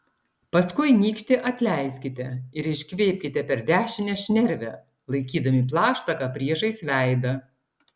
paskui nykštį atleiskite ir iškvėpkite per dešinę šnervę laikydami plaštaką priešais veidą